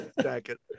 jacket